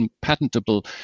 patentable